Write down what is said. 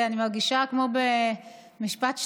אני מרגישה כמו במשפט שלמה,